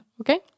okay